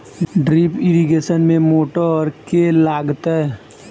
Drip irrigation मे motor केँ लागतै?